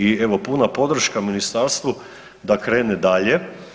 I evo puna podrška ministarstvu da krene dalje.